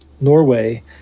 Norway